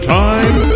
time